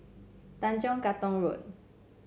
Tanjong Katong Road